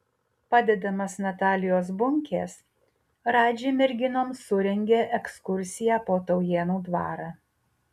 padedamas natalijos bunkės radži merginoms surengė ekskursiją po taujėnų dvarą